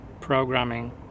programming